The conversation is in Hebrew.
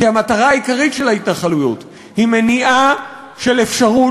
כי המטרה העיקרית של ההתנחלויות היא מניעה של אפשרות